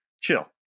chill